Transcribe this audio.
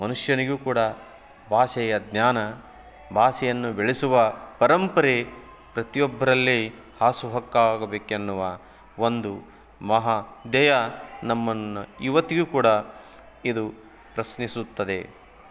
ಮನುಷ್ಯನಿಗೂ ಕೂಡ ಭಾಷೆಯ ಜ್ಞಾನ ಭಾಷೆಯನ್ನು ಬೆಳೆಸುವ ಪರಂಪರೆ ಪ್ರತಿಯೊಬ್ಬರಲ್ಲಿ ಹಾಸು ಹೊಕ್ಕಾಗಬೇಕೆನ್ನುವ ಒಂದು ಮಹಾ ಧ್ಯೇಯ ನಮ್ಮನ್ನು ಇವತ್ತಿಗೂ ಕೂಡ ಇದು ಪ್ರಶ್ನಿಸುತ್ತದೆ